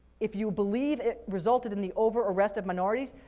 if you believe it resulted in the over-arrest of minorities,